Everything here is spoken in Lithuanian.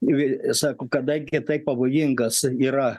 vi sako kada gi tai pavojingas yra